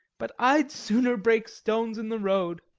but i'd sooner break stones in the road.